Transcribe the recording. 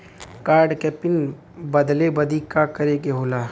Card क pin बदले बदी का करे के होला?